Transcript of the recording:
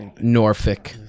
Norfolk